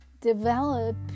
develop